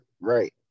right